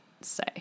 say